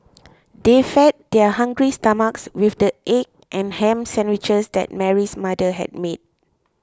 they fed their hungry stomachs with the egg and ham sandwiches that Mary's mother had made